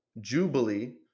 jubilee